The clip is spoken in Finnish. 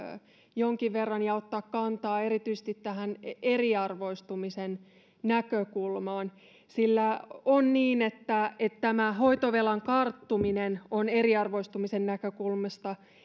jonkin verran ja ottaa kantaa erityisesti tähän eriarvoistumisen näkökulmaan sillä on niin että että tämä hoitovelan karttuminen on eriarvoistumisen näkökulmasta